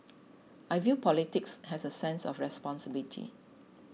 I view politics as a sense of responsibility